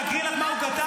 --- להקריא לך מה הוא כתב?